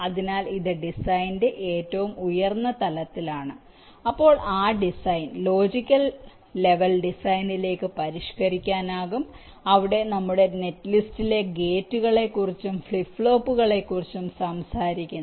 അതിനാൽ ഇത് ഡിസൈനിന്റെ ഏറ്റവും ഉയർന്ന തലത്തിലാണ് അപ്പോൾ ആ ഡിസൈൻ ലോജിക് ലെവൽ ഡിസൈനിലേക്ക് പരിഷ്കരിക്കാനാകും അവിടെ ഞങ്ങളുടെ നെറ്റ്ലിസ്റ്റിലെ ഗേറ്റുകളെക്കുറിച്ചും ഫ്ലിപ്പ് ഫ്ലോപ്പുകളെക്കുറിച്ചും സംസാരിക്കുന്നു